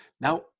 Now